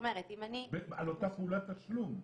על אותה פעולת תשלום.